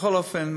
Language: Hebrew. בכל אופן,